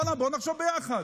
בוא'נה, בואו נחשוב ביחד.